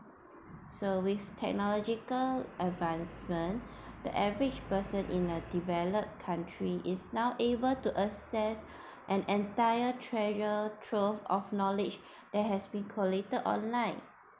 so with technological advancement the average person in a developed country is now able to access an entire treasure trough of knowledge that has been collated online